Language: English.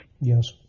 Yes